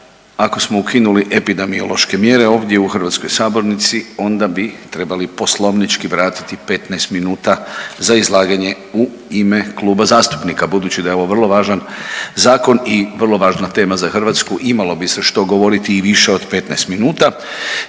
ako smo ukinuli epidemiološke mjere ovdje u hrvatskoj sabornici onda bi trebali poslovnički vratiti 15 minuta za izlaganje u ime kluba zastupnika budući da je ovo vrlo važan zakon i vrlo važna tema za Hrvatsku, imalo bi se što govoriti i više od 15 minuta.